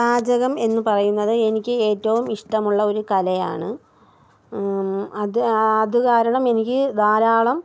പാചകം എന്ന് പറയുന്നത് എനിക്ക് ഏറ്റവും ഇഷ്ടമുള്ള ഒരു കലയാണ് അത് അത് കാരണം എനിക്ക് ധാരാളം